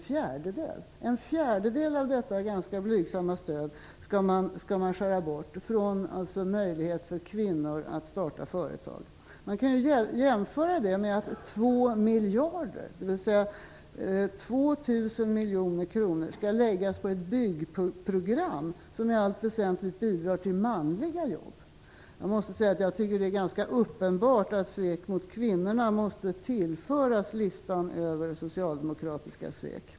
I detta ganska blygsamma stöd till kvinnors möjligheter att starta företag skall man nu skära bort en fjärdedel. Man kan jämföra detta med att 2 miljarder, dvs. 2 000 miljoner kronor, skall satsas på ett byggprogram som i allt väsentligt bidrar till manliga jobb. Jag måste säga att det är ganska uppenbart att detta svek mot kvinnorna måste tillföras till listan över socialdemokratiska svek.